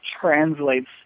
translates